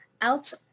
out